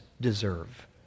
deserve